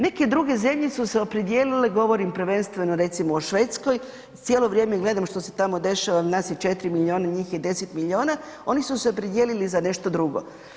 Neke druge zemlje su se opredijelile, govorim prvenstveno recimo o Švedskoj, cijelo vrijeme gledam što se tamo dešava naš je 4 milijuna, njih je 10 milijuna oni su se opredijelili za nešto drugo.